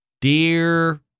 Dear